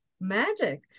magic